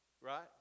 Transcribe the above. Right